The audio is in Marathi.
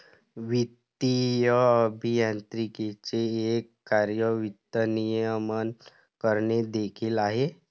वित्तीय अभियांत्रिकीचे एक कार्य वित्त नियमन करणे देखील आहे